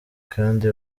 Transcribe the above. kandi